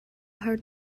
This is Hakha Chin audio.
har